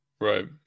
Right